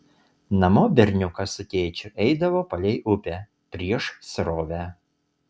namo berniukas su tėčiu eidavo palei upę prieš srovę